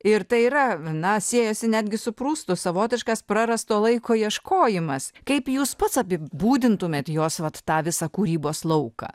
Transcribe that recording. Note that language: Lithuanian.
ir tai yra viena siejasi netgi su prustu savotiškas prarasto laiko ieškojimas kaip jūs pats apibūdintumėte jos vat tą visą kūrybos lauką